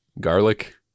garlic